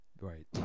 right